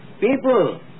people